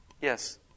Yes